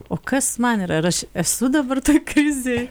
o kas man yra ar aš esu dabar toj krizėj